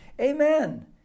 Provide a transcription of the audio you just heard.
Amen